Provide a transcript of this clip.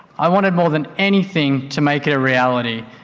i wanted more than anything to make it a reality,